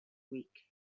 week